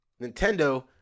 Nintendo